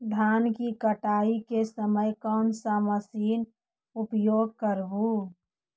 धान की कटाई के समय कोन सा मशीन उपयोग करबू?